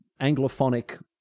anglophonic